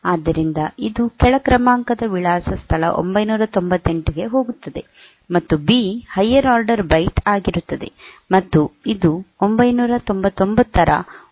ಆದ್ದರಿಂದ ಇದು ಕೆಳ ಕ್ರಮಾಂಕದ ವಿಳಾಸ ಸ್ಥಳ 998 ಗೆ ಹೋಗುತ್ತದೆ ಮತ್ತು ಬಿ ಹೈಯರ್ ಆರ್ಡರ್ ಬೈಟ್ ಆಗಿರುತ್ತದೆ ಮತ್ತು ಇದು 999 ರ ಉನ್ನತ ಆದೇಶದ ವಿಳಾಸಕ್ಕೆ ಹೋಗುತ್ತದೆ